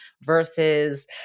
versus